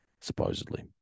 supposedly